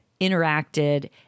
interacted